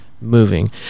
moving